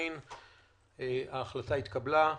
ההחלטה התקבלה.